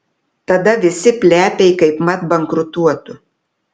tada visi plepiai kaipmat bankrutuotų